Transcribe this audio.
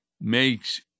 makes